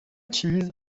چیز